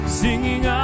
singing